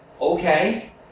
Okay